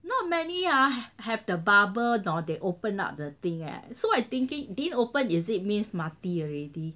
not many ah have the bubble or they open up the thing eh so I thinking didn't open is it means mati already